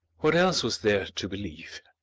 what else was there to believe?